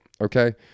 okay